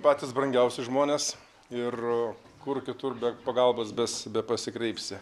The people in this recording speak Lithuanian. patys brangiausi žmonės ir kur kitur be pagalbos bes bepasikreipsi